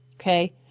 Okay